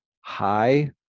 high